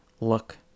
look